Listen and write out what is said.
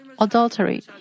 adultery